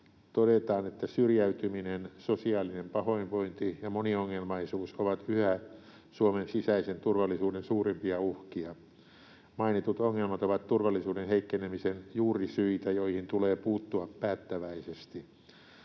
todetaan, että syrjäytyminen, sosiaalinen pahoinvointi ja moniongelmaisuus ovat yhä Suomen sisäisen turvallisuuden suurimpia uhkia. Mainitut ongelmat ovat turvallisuuden heikkenemisen juurisyitä, joihin tulee puuttua päättäväisesti.